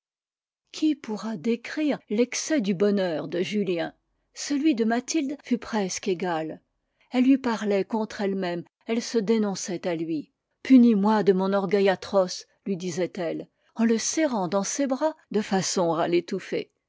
qui pourra décrire l'excès du bonheur de julien celui de mathilde fut presque égal elle lui parlait contre elle-même elle se dénonçait à lui punis moi de mon orgueil atroce lui disait-elle en le serrant dans ses bras de façon à l'étouffer